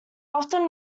often